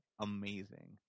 amazing